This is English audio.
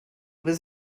was